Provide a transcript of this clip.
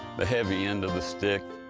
the heavy end of the stick.